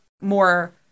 more